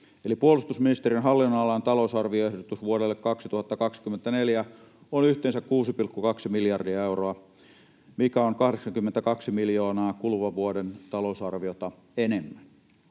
puolustusministeriön hallinnonalan talousarvioehdotus vuodelle 2024 on yhteensä 6,2 miljardia euroa, mikä on 82 miljoonaa kuluvan vuoden talousarviota enemmän.